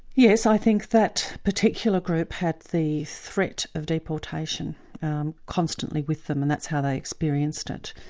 yes, i think that particular group had the threat of deportation constantly with them and that's how they experienced it.